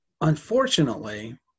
Unfortunately